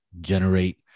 generate